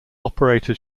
operated